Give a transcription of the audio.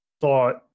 thought